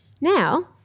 Now